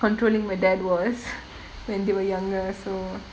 controlling my dad was when they were younger so